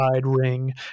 ring